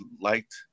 liked